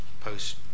post